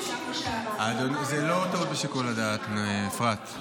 זאת לא טעות בשיקול הדעת, אפרת.